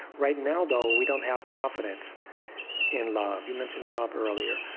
right now, though, we don't have confidence in love. you mentioned love earlier.